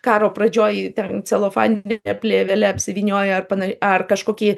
karo pradžioj ten celofanine plėvele apsivynioję ar pana ar kažkokį